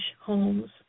homes